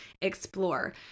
explore